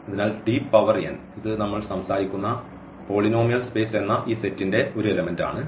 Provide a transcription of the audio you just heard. അതിനാൽ t power n ഇത് നമ്മൾ സംസാരിക്കുന്ന പോളിനോമിയൽ സ്പേസ് എന്ന ഈ സെറ്റിന്റെ ഒരു എലെമെന്റു ആണ്